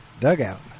dugout